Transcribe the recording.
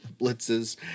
blitzes